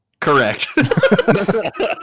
Correct